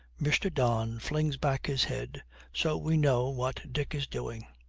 mr. don flings back his head so we know what dick is doing.